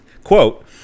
Quote